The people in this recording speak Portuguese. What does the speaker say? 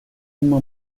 uma